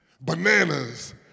Bananas